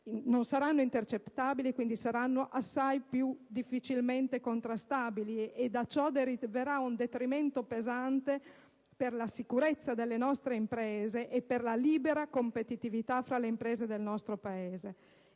non saranno intercettabili e quindi saranno assai più difficilmente contrastabili e da ciò deriverà un detrimento pesante per la sicurezza delle nostre imprese e per la libera competitività fra di esse. In questo